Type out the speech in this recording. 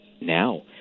now